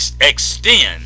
extend